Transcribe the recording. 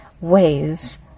ways